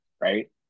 right